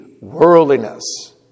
worldliness